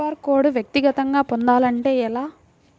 QR code వ్యక్తిగతంగా పొందాలంటే ఎలా?